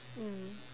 mm